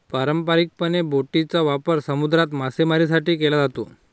पारंपारिकपणे, बोटींचा वापर समुद्रात मासेमारीसाठी केला जातो